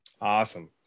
awesome